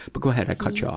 but go ahead i cut you off.